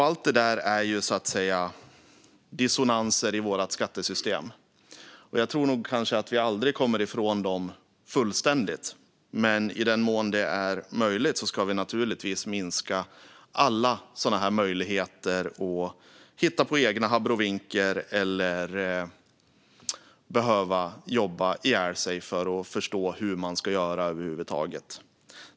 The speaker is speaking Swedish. Allt det där är dissonanser i vårt skattesystem, och jag tror att vi kanske inte någonsin kommer ifrån dem fullständigt. Men i den mån det är möjligt ska vi naturligtvis minska alla möjligheter att hitta på egna abrovinker. Man ska inte behöva jobba ihjäl sig för att över huvud taget förstå hur man ska göra.